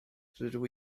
rydw